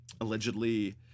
allegedly